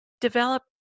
develop